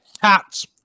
cats